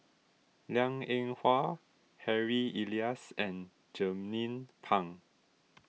Liang Eng Hwa Harry Elias and Jernnine Pang